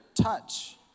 touch